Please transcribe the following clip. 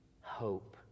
hope